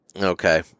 Okay